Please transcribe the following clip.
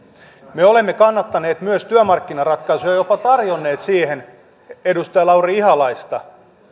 me olemme kannattaneet myös työmarkkinaratkaisuja jopa tarjonneet siihen edustaja lauri ihalaista